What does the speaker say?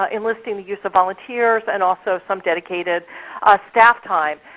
ah enlisting the use of volunteers, and also some dedicated staff time.